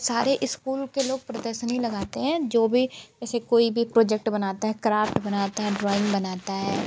सारे स्कूल के लोग प्रदर्शनी लगाते हैं जो भी ऐसे कोई भी प्रोजेक्ट बनाता है क्राफ्ट बनाता हैं ड्राॅइंग बनाता है